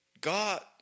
God